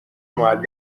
معلم